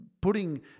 putting